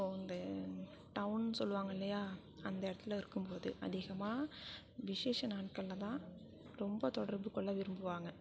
இப்போ வந்து டவுன் சொல்லுவாங்க இல்லையா அந்த இடத்துல இருக்கும்போது அதிகமாக விசேஷ நாட்கள்ல தான் ரொம்ப தொடர்பு கொள்ள விரும்புவாங்க